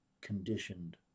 conditioned